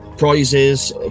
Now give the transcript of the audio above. Prizes